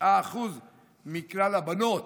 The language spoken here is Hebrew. כ-9% מכלל הבנות